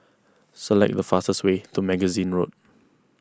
select the fastest way to Magazine Road